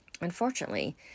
unfortunately